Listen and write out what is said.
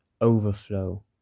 overflow